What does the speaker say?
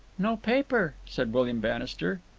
no paper, said william bannister.